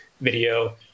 video